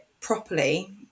properly